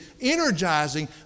energizing